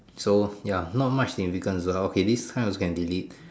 so ya not much significance but okay this kind also can delete